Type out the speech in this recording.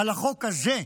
על החוק הזה,